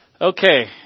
Okay